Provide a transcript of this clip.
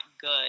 good